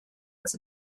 with